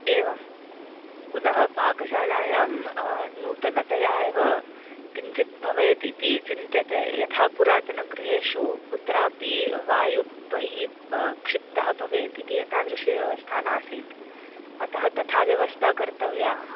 एवं पुनः पाकशालायां नूतनतया एव किञ्चित् भवेत् इति चिन्त्यते यथा पुरातनगृहेषु कुत्रापि वायुः बहिः क्षिप्तः भवेत् इति एतादृशी व्यावस्था नासीत् अतः तथा व्यावस्था कर्तव्या